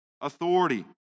authority